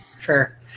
sure